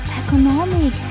economic